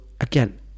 again